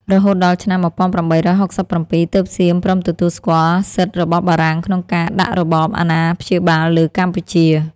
រហូតដល់ឆ្នាំ ១៨៦៧ ទើបសៀមព្រមទទួលស្គាល់សិទ្ធិរបស់បារាំងក្នុងការដាក់របបអាណាព្យាបាលលើកម្ពុជា។